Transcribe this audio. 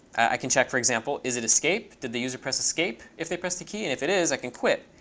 i can check, for example, is it escape. did the user press escape if they pressed a key? and if it is, i can quit.